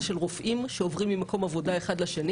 של רופאים שעוברים ממקום עבודה אחד לאחר.